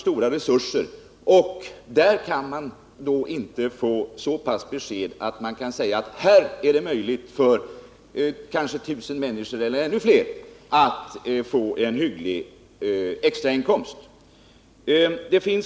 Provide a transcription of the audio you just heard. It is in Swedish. För den verksamheten kan man alltså inte heller få så pass bestämda besked att man kan slå fast att det är möjligt för kanske 1 000 människor eller ännu flera att få en hygglig extrainkomst.